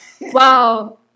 wow